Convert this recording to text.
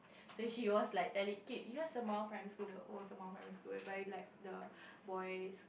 so she was like telling okay you know Sembawang primary school the old Sembawang primary school whereby like the boys